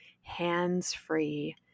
hands-free